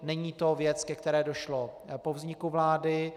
Není to věc, ke které došlo po vzniku vlády.